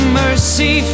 mercy